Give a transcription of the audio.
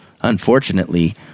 Unfortunately